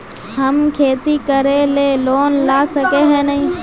हम खेती करे ले लोन ला सके है नय?